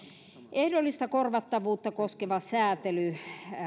ehdollista korvattavuutta koskevaa sääntelyä